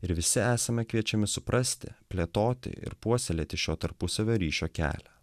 ir visi esame kviečiami suprasti plėtoti ir puoselėti šio tarpusavio ryšio kelią